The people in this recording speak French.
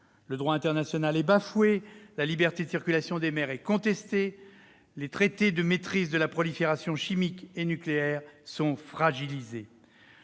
Le droit international est bafoué, la liberté de circulation des mers est contestée, les traités de maîtrise de la prolifération chimique et nucléaire sont fragilisés.